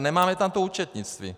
Nemáme tam to účetnictví.